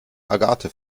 agathe